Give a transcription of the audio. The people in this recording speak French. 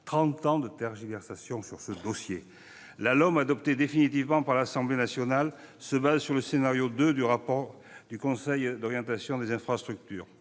ans de tergiversations sur ce dossier ! La LOM, adoptée définitivement par l'Assemblée nationale, se base sur le scénario 2 du rapport du Conseil d'orientation des infrastructures.